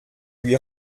lui